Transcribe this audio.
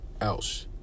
else